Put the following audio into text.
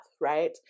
right